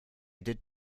did